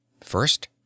First